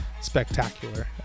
spectacular